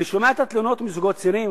אני שומע את התלונות מזוגות צעירים,